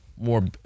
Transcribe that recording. more